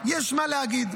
יש מה להגיד.